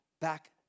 back